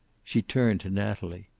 she turned to natalie.